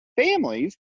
families